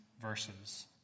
verses